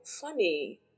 funny